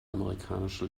amerikanische